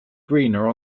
greener